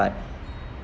but